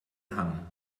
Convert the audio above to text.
hang